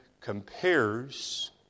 compares